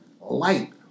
light